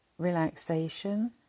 Relaxation